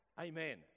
Amen